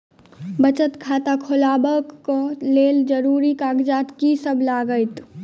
बचत खाता खोलाबै कऽ लेल जरूरी कागजात की सब लगतइ?